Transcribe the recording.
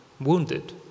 wounded